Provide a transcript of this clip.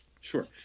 Sure